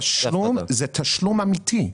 התשלום הוא תשלום אמיתי.